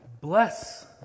Bless